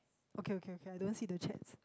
okay okay okay I don't see the chats